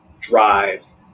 drives